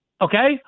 Okay